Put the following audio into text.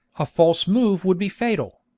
a false move would be fatal.